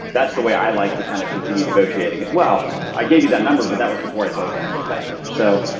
that's the way i like to kind of continue negotiating as well. i gave you that number but that was before i saw the benefits package. so,